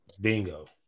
bingo